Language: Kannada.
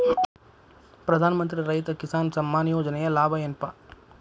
ಪ್ರಧಾನಮಂತ್ರಿ ರೈತ ಕಿಸಾನ್ ಸಮ್ಮಾನ ಯೋಜನೆಯ ಲಾಭ ಏನಪಾ?